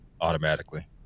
automatically